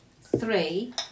three